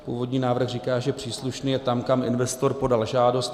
Původní návrh říká, že příslušný je tam, kam investor podal žádost.